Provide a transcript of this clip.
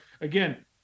again